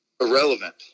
Irrelevant